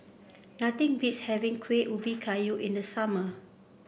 nothing beats having Kuih Ubi Kayu in the summer